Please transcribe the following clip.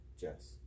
Jess